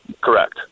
Correct